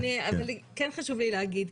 כן חשוב לי להגיד,